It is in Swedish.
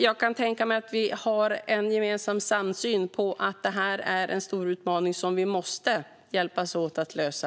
Jag kan tänka mig att vi har en gemensam syn på att det är en stor utmaning som vi måste hjälpas åt att lösa.